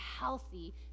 healthy